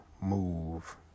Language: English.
move